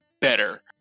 better